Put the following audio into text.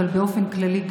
באופן כללי,